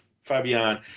Fabian